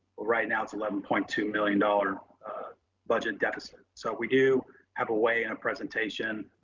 right now it's eleven point two million dollars budget deficit. so we do have a way and a presentation,